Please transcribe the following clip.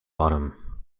bottom